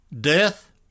Death